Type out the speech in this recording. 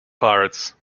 pirates